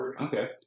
Okay